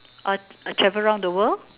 I I travel around the world